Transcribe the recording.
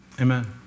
Amen